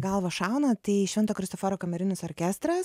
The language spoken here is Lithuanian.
galvą šauna tai švento kristoforo kamerinis orkestras